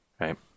right